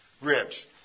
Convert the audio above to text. ribs